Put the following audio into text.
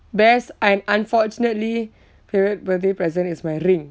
best I'm unfortunately favourite birthday present is my ring